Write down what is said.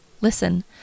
Listen